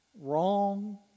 Wrong